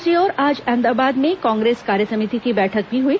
दूसरी ओर आज अहमदाबाद में कांग्रेस कार्यसमिति की बैठक भी हई